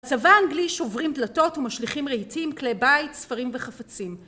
הצבא האנגלי שוברים דלתות ומשליכים רהיטים, כלי בית, ספרים וחפצים